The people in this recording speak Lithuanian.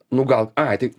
nu gal ai tai